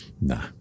no